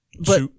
But-